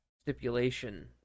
stipulation